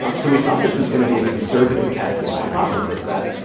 um so we thought this was going to be a conservative test of the hypothesis, that,